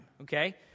okay